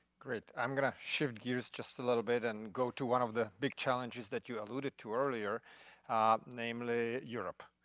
great. i'm gonna shift gears just a little bit and go to one of the big challenges that you alluded too earlier namely europe.